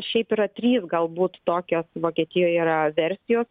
šiaip yra trys galbūt tokios vokietijoj yra versijos